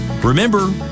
Remember